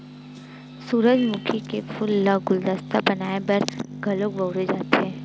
सूरजमुखी के फूल ल गुलदस्ता बनाय बर घलो बउरे जाथे